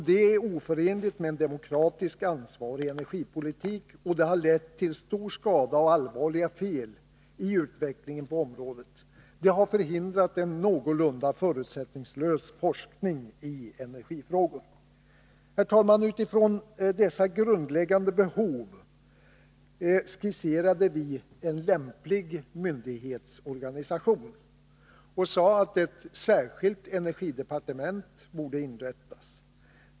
Detta är oförenligt med en demokratiskt ansvarig energipolitik, och det har lett till stor skada och allvarliga fel i utvecklingen på området. Det har förhindrat en någorlunda förutsättningslös forskning i energifrågor. Herr talman! Utifrån dessa grundläggande behov skisserade vi en lämplig myndighetsorganisation och sade att ett särskilt energidepartement borde inrättas.